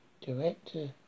Director